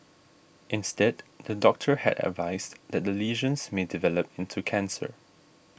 instead the doctor had advised that the lesions may develop into cancer